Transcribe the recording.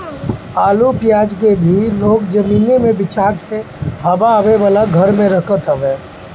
आलू पियाज के भी लोग जमीनी पे बिछा के हवा आवे वाला घर में रखत हवे